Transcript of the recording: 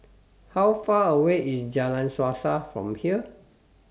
How Far away IS Jalan Suasa from here